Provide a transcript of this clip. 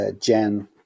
Jen